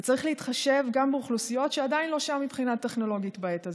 וצריך להתחשב גם באוכלוסיות שעדיין לא שם מבחינה טכנולוגית בעת הזאת.